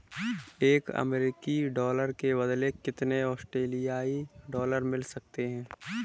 एक अमेरिकी डॉलर के बदले कितने ऑस्ट्रेलियाई डॉलर मिल सकते हैं?